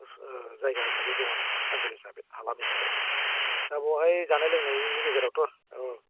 जायगा हिसाबै दङ आरोकि ओनसोल हिसाबै हालाम हिसाबै दा बेवहाय जानाय लोंनायनि गेजेरावथ' औ